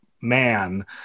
man